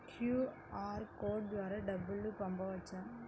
QR code ద్వారా డబ్బులు పంపవచ్చా?